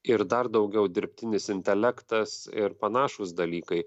ir dar daugiau dirbtinis intelektas ir panašūs dalykai